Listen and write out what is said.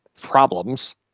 problems